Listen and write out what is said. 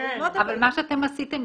מה שאתם עשיתם,